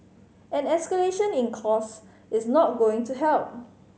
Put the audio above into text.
any escalation in cost is not going to help